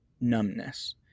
numbness